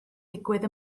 digwydd